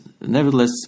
nevertheless